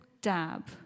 dab